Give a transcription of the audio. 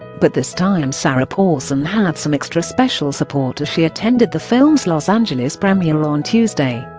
but this time sarah paulson had some extra special support as she attended the film's los angeles premiere on tuesday